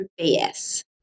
BS